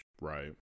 Right